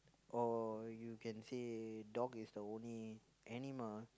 or you can say dog is the only animal